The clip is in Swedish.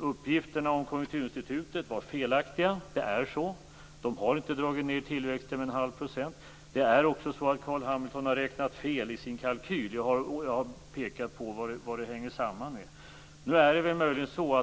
uppgifterna om Konjunkturinstitutet var felaktiga. Det är så. Man har inte dragit ned tillväxten med en halv procent. Carl Hamilton har räknat fel i sin kalkyl, och jag har pekat på vad det hänger samman med.